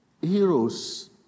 heroes